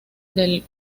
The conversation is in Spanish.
del